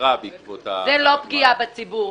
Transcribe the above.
התפטרה בעקבות --- זו לא פגיעה בציבור.